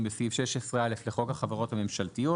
בסעיף 16א' לחוק החברות הממשלתיות,